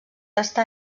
està